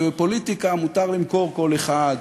ובפוליטיקה מותר למכור כל אחד,